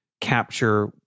capture